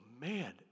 man